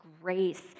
grace